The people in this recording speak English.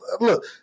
look –